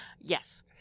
Yes